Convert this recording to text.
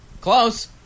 close